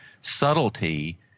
subtlety